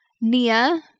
Nia